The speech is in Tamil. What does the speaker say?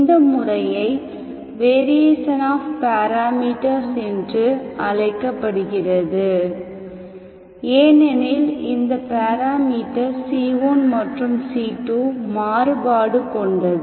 இந்த முறையை வேரியேஷன் ஆஃப் பேராமீட்டர்ஸ் என்று அழைக்கப்படுகிறது ஏனெனில் இந்த பேராமீட்டர்ஸ் c1 மற்றும் c2 மாறுபாடு கொண்டது